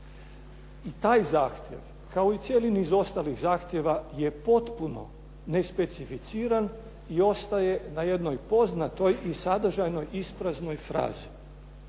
I taj zahtjev kao i cijeli niz ostalih zahtjeva je potpuno nespecificiran i ostaje na jednoj poznatoj i sadržajnoj, ispraznoj frazi.